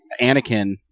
Anakin